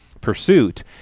pursuit